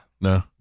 no